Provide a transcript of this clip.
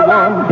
one